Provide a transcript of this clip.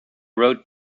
route